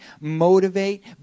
motivate